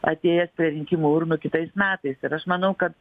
atėjęs prie rinkimų urnų kitais metais ir aš manau kad